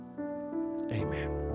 Amen